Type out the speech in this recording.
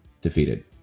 defeated